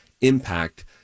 impact